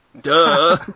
Duh